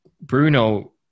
Bruno